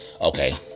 Okay